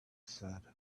said